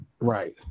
Right